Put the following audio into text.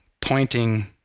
pointing